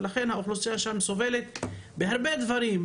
ולכן האוכלוסייה שם סובלת בהרבה דברים,